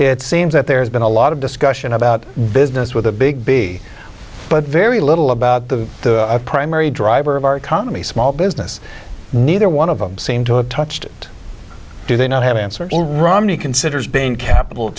it seems that there's been a lot of discussion about business with the big b but very little about the primary driver of our economy small business neither one of them seem to have touched it do they not have answers romney considers bain capital